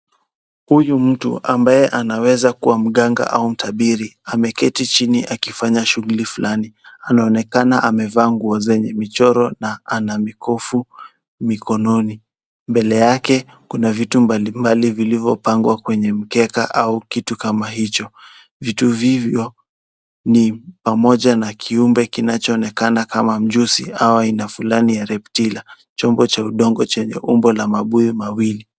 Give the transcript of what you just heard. Huyu mtu ambaye anaweza kuwa mganga au mtabiri ameketi chini akifanya shughuli fulani. Anaonekana amevaa nguo zenye michoro na ana mikufu mikononi, mbele yake kuna vitu mbalimbali vilivyopangwa kwenye mkeka au kitu kama hicho. Vitu hivyo ni pamoja na kiumbe kinachoonekana kama mjusi au aina fulani ya reptilia chombo cha udongo chenye umbo la mabuyu mawili.